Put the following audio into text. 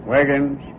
Wagons